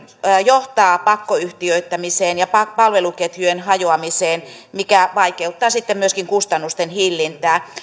johtaa pakkoyhtiöittämiseen ja palveluketjujen hajoamiseen mikä vaikeuttaa sitten myöskin kustannusten hillintää